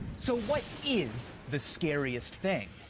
so what is the scariest thing?